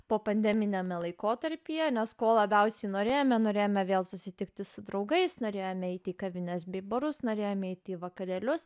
povandeniniame laikotarpyje nes ko labiausiai norėjome norėjome vėl susitikti su draugais norėjome eiti į kavines bei barus nariams eiti į vakarėlius